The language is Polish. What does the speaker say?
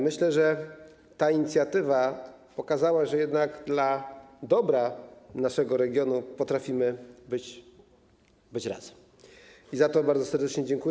Myślę, że ta inicjatywa pokazała, że jednak dla dobra naszego regionu potrafimy być razem, i za to bardzo serdecznie dziękuję.